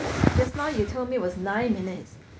just now you told me it was nine minutes